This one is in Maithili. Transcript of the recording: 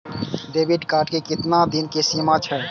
डेबिट कार्ड के केतना दिन के सीमा छै?